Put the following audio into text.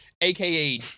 aka